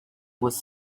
was